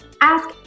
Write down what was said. Ask